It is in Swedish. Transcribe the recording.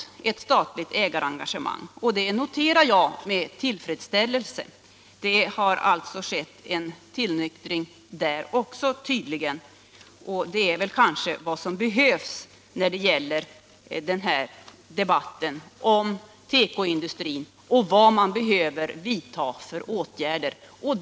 Detta noterar jag med tillfredsställelse. Det har alltså tydligen skett en tillnyktring också där — och det är kanske vad som behövs i debatten om vilka åtgärder som behöver vidtas för tekoindustrin.